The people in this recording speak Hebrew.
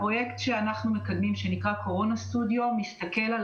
הפרויקט שאנחנו מקדמים שנקרא "קורונה סטודיו" מסתכל על